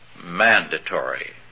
mandatory